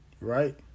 right